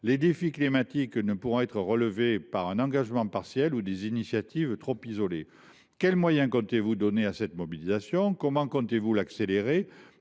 Les défis climatiques ne pourront pas être relevés par un engagement partiel ou des initiatives trop isolées. Quels moyens comptez vous donner à cette mobilisation ? Comment entendez vous l’accélérer ?